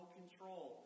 control